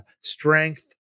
strength